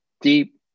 deep